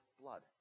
blood